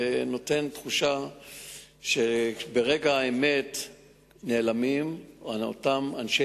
זה נותן תחושה שברגע האמת נעלמים אותם אנשי